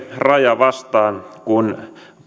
vastaan se raja kun